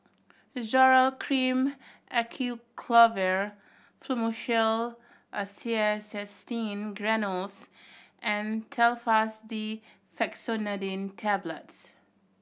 Zoral Cream Acyclovir Fluimucil Acetylcysteine Granules and Telfast D Fexofenadine Tablets